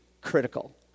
critical